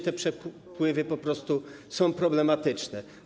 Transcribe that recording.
Te przepływy po prostu są problematyczne.